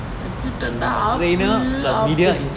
வெச்சிட்டான்டா ஆப்பு அப்பு:vechittaanda aappu aappu